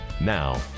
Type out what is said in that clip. Now